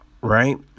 right